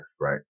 right